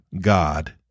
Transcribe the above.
God